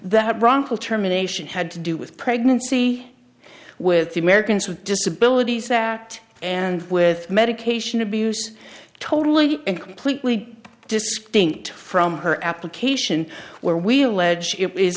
that wrongful termination had to do with pregnancy with the americans with disabilities act and with medication abuse totally and completely disc thing from her application where we allege it is